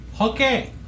Okay